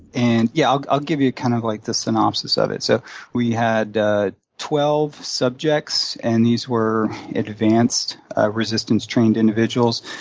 and, yeah, i'll i'll give you kind of like the synopsis of it. so we had twelve subjects, and these were advanced resistance-trained individuals,